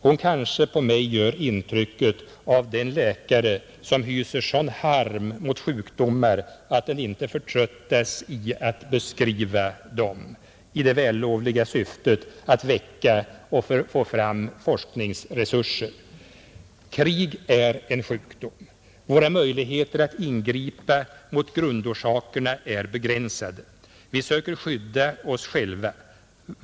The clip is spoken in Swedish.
Hon gör kanske på mig samma intryck som en läkare som hyser sådan harm mot sjukdomar att han inte förtröttas i att beskriva dem — i det vällovliga syftet att väcka och få fram forskningsresurser. Krig är en sjukdom. Våra möjligheter att ingripa mot grundorsakerna är begränsade. Vi söker skydda oss själva.